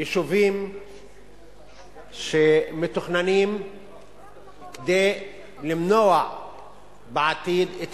ביישובים שמתוכננים כדי למנוע בעתיד את